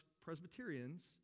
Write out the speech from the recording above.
Presbyterians